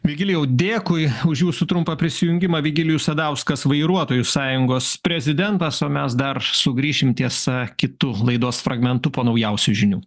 vigilijau dėkui už jūsų trumpą prisijungimą vigilijus sadauskas vairuotojų sąjungos prezidentas o mes dar sugrįšim tiesa kitu laidos fragmentu po naujausių žinių